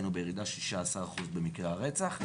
היינו בירידה של 16% במקרי הרצח,